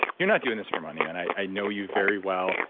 you're not doing this for money, man. i know you very well.